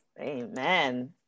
Amen